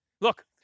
Look